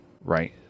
Right